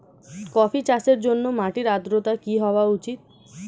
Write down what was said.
Coffee চাষের জন্য মাটির আর্দ্রতা কি হওয়া উচিৎ?